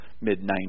mid-90s